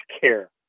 care